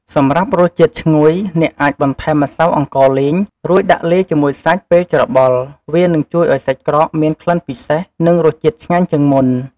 សម្រាប់រសជាតិឈ្ងុយ អ្នកអាចបន្ថែមម្សៅអង្ករលីង រួចដាក់លាយជាមួយសាច់ពេលច្របល់ វានឹងជួយឱ្យសាច់ក្រកមានក្លិនពិសេស និងរសជាតិឆ្ងាញ់ជាងមុន។